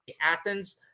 Athens